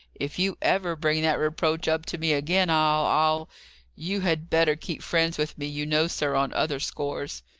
if you ever bring that reproach up to me again, i'll i'll you had better keep friends with me, you know, sir, on other scores.